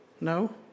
No